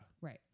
Right